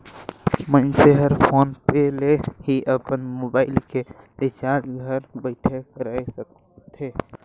मइनसे हर फोन पे ले ही अपन मुबाइल के रिचार्ज घर बइठे कएर सकथे